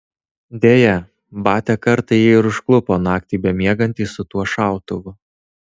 deja batia kartą jį ir užklupo naktį bemiegantį su tuo šautuvu